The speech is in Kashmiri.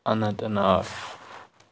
اَننت ناگ